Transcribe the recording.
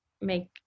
make